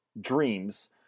dreams